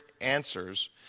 answers